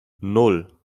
nan